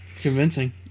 Convincing